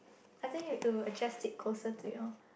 I think you have to adjust it closer to your